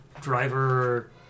driver